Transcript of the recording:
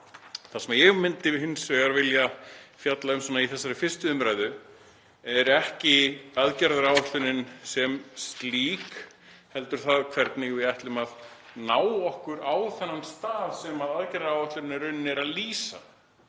Það sem ég myndi hins vegar vilja fjalla um í þessari fyrri umræðu er ekki aðgerðaáætlunin sem slík heldur það hvernig við ætlum að koma okkur á þann stað sem aðgerðaáætlunin er í rauninni að lýsa.